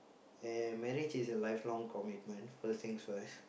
and marriage is a life long commitment first things first